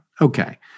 Okay